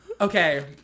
Okay